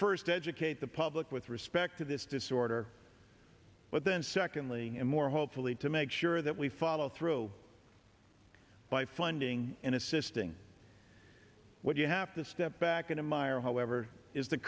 first educate the public with respect to this disorder but then secondly and more hopefully to make sure that we follow through by funding and assisting what you have to step back and admire however is the